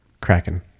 Kraken